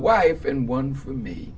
wife and one for me